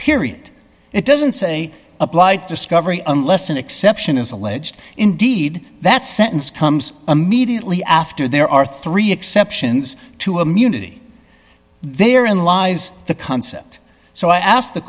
period it doesn't say applied discovery unless an exception is alleged indeed that sentence comes immediately after there are three exceptions to immunity they are in lies the concept so i asked the